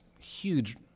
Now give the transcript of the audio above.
huge